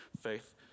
faith